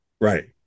right